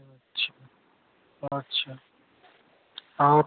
अच्छा अच्छा और